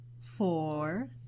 four